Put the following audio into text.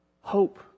hope